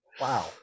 Wow